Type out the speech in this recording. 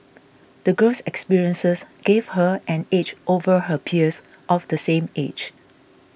the girl's experiences gave her an edge over her peers of the same age